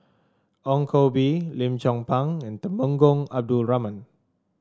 Ong Koh Bee Lim Chong Pang and Temenggong Abdul Rahman